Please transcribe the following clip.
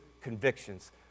convictions